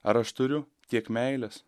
ar aš turiu tiek meilės